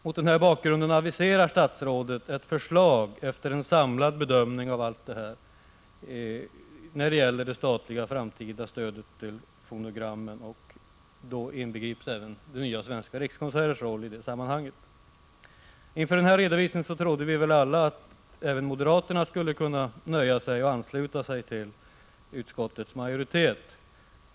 Mot denna bakgrund aviserar statsrådet ett förslag, efter en samlad bedömning av allt som gäller det framtida statliga stödet till fonogram, och i det sammanhanget inbegrips även nya Svenska rikskonserters roll. Efter denna redovisning trodde vi alla att även moderaterna skulle vara nöjda och att de skulle ansluta sig till utskottets majoritet.